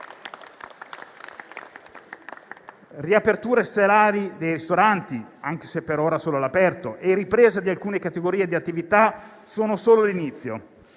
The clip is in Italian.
riaperture serali dei ristoranti, anche se per ora solo all'aperto, e la ripresa di alcune categorie di attività sono solo l'inizio.